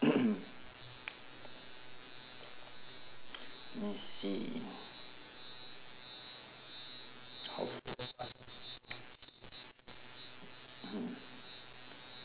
let me see